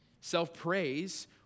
Self-praise